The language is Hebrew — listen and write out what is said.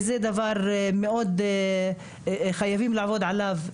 זה דבר שחייבים לעבוד עליו.